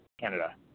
Canada